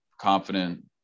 confident –